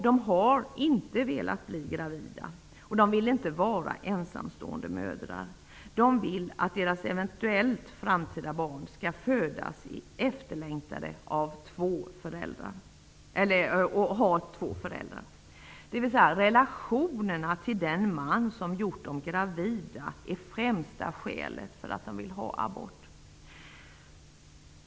De har inte velat bli gravida, och de vill inte vara ensamstående mödrar. De vill att deras eventuella framtida barn skall födas efterlängtade och ha två föräldrar. Relationen till de män som har gjort dem gravida är alltså främsta skälet för att de vill ha abort.